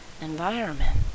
environment